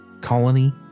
colony